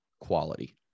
quality